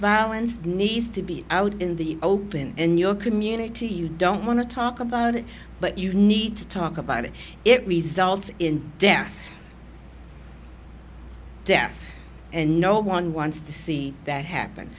violence nice to be out in the open in your community you don't want to talk about it but you need to talk about it it results in death death and no one wants to see that happen